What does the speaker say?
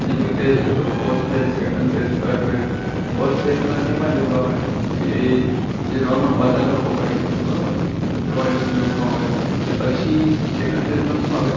જેમ કે ફેઝ હોય બરાબર first phase second phase third phase first ફેઝમાં કેવા યોગ હોય કે જે નૉર્મલ બધા લોકો કરી શકે બરાબર ને તો એવા યોગમાં હોય અને પછી સેકન્ડ ફેઝમાં શું આવે